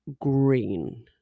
green